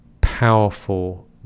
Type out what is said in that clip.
powerful